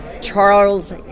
Charles